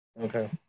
okay